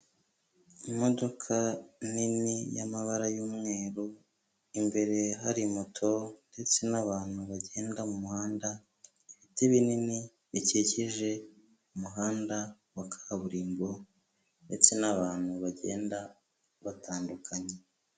Imodoka nini y'amabara y'umweru, imbere hari moto ndetse n'abantu bagenda mu muhanda, ibiti binini bikikije umuhanda wa kaburimbo ndetse n'abantu bagenda batandukanye.